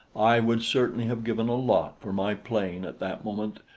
i would certainly have given a lot for my plane at that moment,